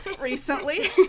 recently